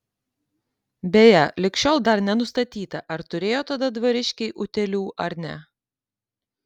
beje lig šiol dar nenustatyta ar turėjo tada dvariškiai utėlių ar ne